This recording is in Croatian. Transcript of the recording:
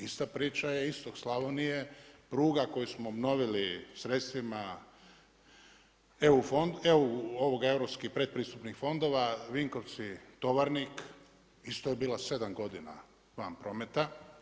Ista priča istok Slavonije, pruga koju smo obnovili, sredstvima europskim predpristupni fondova Vinkovci-Tovarnik, isto je bila 7 godina van prometa.